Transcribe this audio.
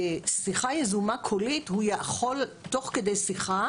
בשיחה יזומה קולית הוא יכול תוך כדי שיחה